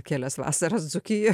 kelias vasaras dzūkijoj